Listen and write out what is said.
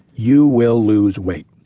you will lose weight,